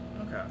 Okay